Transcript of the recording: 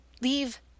leave